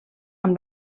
amb